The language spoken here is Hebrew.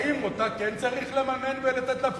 האם אותה כן צריך לממן ולתת לה פטור?